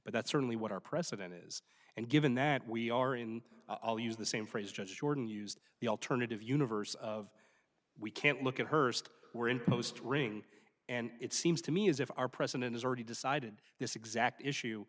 but that's certainly what our president is and given that we are in i'll use the same phrase jordan used the alternative universe of we can't look at her st we're in post ring and it seems to me as if our president has already decided this exact issue